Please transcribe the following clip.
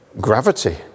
gravity